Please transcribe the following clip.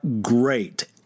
great